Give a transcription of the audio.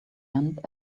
end